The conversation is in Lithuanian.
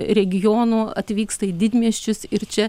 regionų atvyksta į didmiesčius ir čia